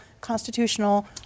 constitutional